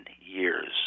years